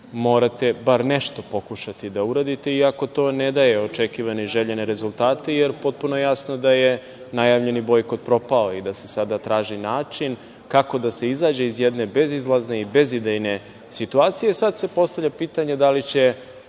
morate bar nešto pokušati da uradite iako to ne daje očekivane i željene rezultate, jer potpuno je jasno da je najavljeni bojkot propao i da se sada traži način kako da se izađe iz jedne bezizlazne i bezidejne situacije. Sada se postavlja pitanje da li će